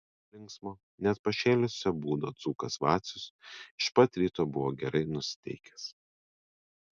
linksmo net pašėlusio būdo dzūkas vacius iš pat ryto buvo gerai nusiteikęs